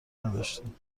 نداشتند